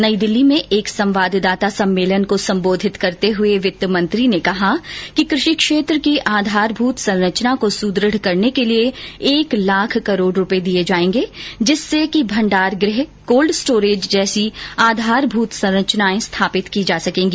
नई दिल्ली में एक संवाददाता सम्मेलन को संबोधित करते हुए वित्त मंत्री ने कहा कि कृषि क्षेत्र की आधारभूत संरचना को सुदृढ करने के लिए एक लाख करोड़ रूपए दिए जाएंगे जिससे कि भंडार गृह कोल्ड स्टोरेज जैसी आधारभूत संरचनाएं स्थापित की जा सकेंगी